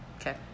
okay